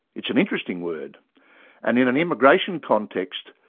it's an interesting word and, in an immigration context,